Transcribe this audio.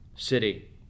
city